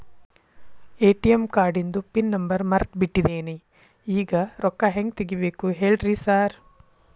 ATM ಕಾರ್ಡಿಂದು pin number ಮರ್ತ್ ಬಿಟ್ಟಿದೇನಿ ಈಗ ರೊಕ್ಕಾ ಹೆಂಗ್ ತೆಗೆಬೇಕು ಹೇಳ್ರಿ ಸಾರ್